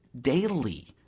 daily